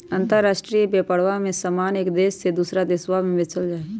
अंतराष्ट्रीय व्यापरवा में समान एक देश से दूसरा देशवा में बेचल जाहई